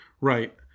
Right